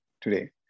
today